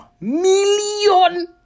million